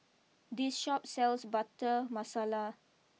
this Shop sells Butter Masala